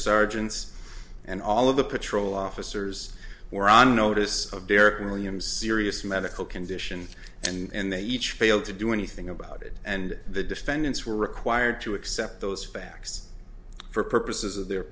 sergeants and all of the patrol officers were on notice of deron williams serious medical condition and they each failed to do anything about it and the defendants were required to accept those facts for purposes of their